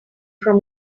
from